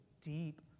deep